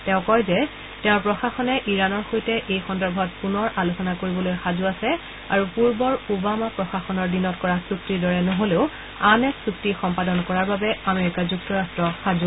তেওঁ কয় যে তেওঁৰ প্ৰশাসনে ইৰাণৰ সৈতে এই সন্দৰ্ভত পুনৰ আলোচনা কৰিবলৈ সাজু আছে আৰু পূৰ্বৰ ওবামা প্ৰশাসনৰ দিনত কৰা চুক্তিৰ দৰে নহলেও আন এক চুক্তি সম্পাদন কৰাৰ বাবে আমেৰিকা যুক্তৰাট্ট সাজু